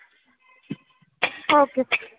okay